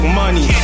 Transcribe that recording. money